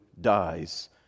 dies